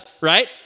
right